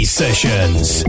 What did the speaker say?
sessions